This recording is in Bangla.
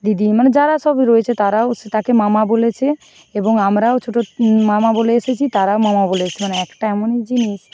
দিদি মানে যারা সব রয়েছে তারাও সে তাকে মামা বলেছে এবং আমরাও ছোটোর মামা বলে এসেছি তারাও মামা বলে এসসে মানে একটা এমনই জিনিস